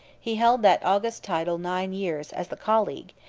he held that august title nine years as the colleague,